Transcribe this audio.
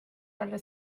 talle